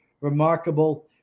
remarkable